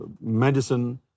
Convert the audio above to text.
medicine